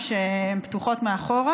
שקונים בשביל נעליים שהן פתוחות מאחורה.